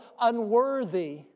unworthy